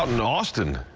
in austin,